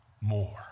more